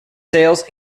sales